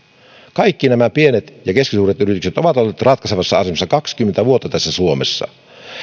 kaikki nämä pienet ja keskisuuret yritykset ovat olleet ratkaisevassa asemassa kaksikymmentä vuotta täällä suomessa